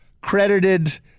credited